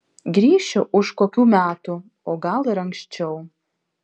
grįšiu už kokių metų o gal ir anksčiau